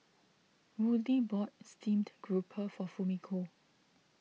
Woodie bought Steamed Grouper for Fumiko